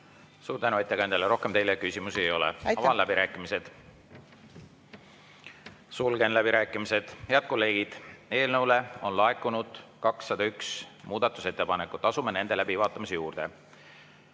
Suur tänu ettekandjale! Rohkem küsimusi teile ei ole. Avan läbirääkimised. Sulgen läbirääkimised. Head kolleegid! Eelnõu kohta on laekunud 201 muudatusettepanekut, asume nende läbivaatamise juurde.